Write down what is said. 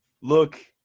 look